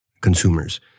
Consumers